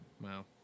wow